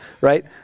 right